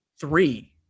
three